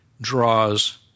draws